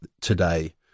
today